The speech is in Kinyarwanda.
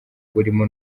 burimo